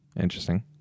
interesting